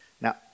Now